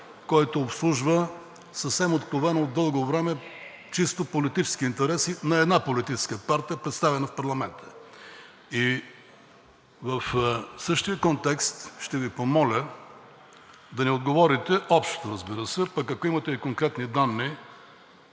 който обслужва съвсем откровено дълго време чисто политически интереси на една политическа партия, представена в парламента. В същия контекст ще Ви помоля да ни отговорите, общо, разбира се, а ако имате и конкретни данни,